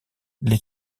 les